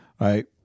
right